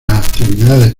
actividades